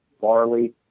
barley